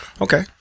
Okay